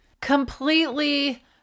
Completely